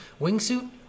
Wingsuit